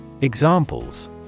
Examples